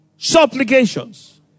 Supplications